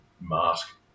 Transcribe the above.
mask